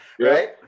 right